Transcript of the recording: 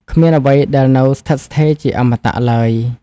គ្មានអ្វីដែលនៅស្ថិតស្ថេរជាអមតៈឡើយ។